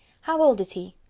how old is he?